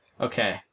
Okay